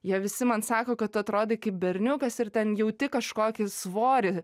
jie visi man sako kad tu atrodai kaip berniukas ir ten jauti kažkokį svorį